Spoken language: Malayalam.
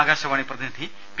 ആകാശവാണി പ്രതിനിധി പി